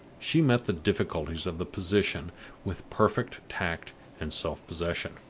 she met the difficulties of the position with perfect tact and self-possession.